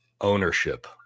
ownership